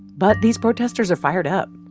but these protesters are fired up.